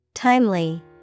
Timely